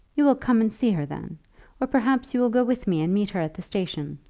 you will come and see her then or perhaps you will go with me and meet her at the station?